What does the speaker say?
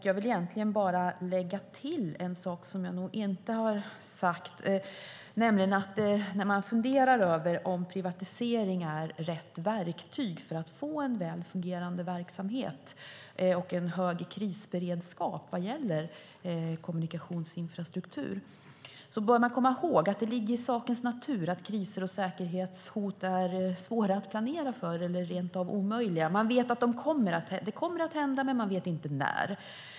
Jag vill egentligen bara lägga till en sak, nämligen att när man funderar över om privatiseringar är rätt verktyg för att få en väl fungerande verksamhet och en hög krisberedskap vad gäller kommunikationsinfrastruktur bör man komma ihåg att det ligger i sakens natur att kriser och säkerhetshot är svåra eller rent av omöjliga att planera för. Man vet att det kommer att hända, men man vet inte när.